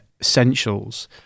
essentials